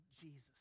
Jesus